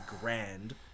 grand